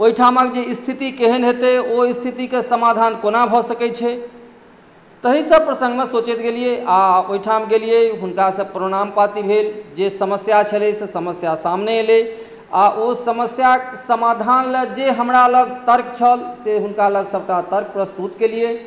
ओहिठामके जे स्थिति केहन हेतै ओ स्थितिके समाधान कोना भऽ सकैत छै ताहि सभ प्रसङ्गमे सोचैत गेलियै आ ओहिठाम गेलियै हुनका से प्रणाम पाति भेल जे समस्या छलै से समस्या सामने अयलै हंँ आओर ओ समस्या समाधान ले जे हमरा लग तर्क छल से हुनका लग सभटा तर्क प्रस्तुत केलियै